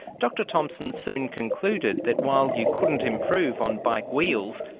dr thompson soon concluded that while you couldn't improve on bike wheels,